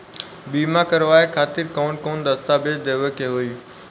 बीमा करवाए खातिर कौन कौन दस्तावेज़ देवे के होई?